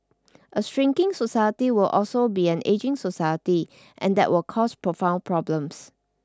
a shrinking society will also be an ageing society and that will cause profound problems